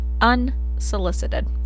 unsolicited